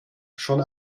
schon